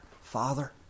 Father